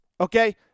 okay